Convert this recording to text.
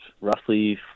roughly